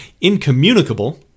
incommunicable